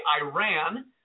Iran